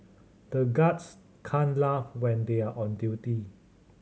the guards can't laugh when they are on duty